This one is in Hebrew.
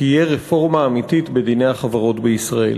תהיה רפורמה אמיתית בדיני החברות בישראל.